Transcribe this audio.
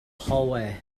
hallway